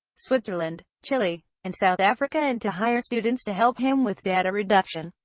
switzerland, chile, and south africa and to hire students to help him with data reduction.